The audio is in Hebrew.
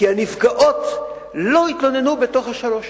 כי הנפגעות לא התלוננו בתוך שלוש השנים,